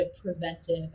preventive